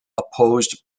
opposed